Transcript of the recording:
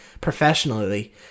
professionally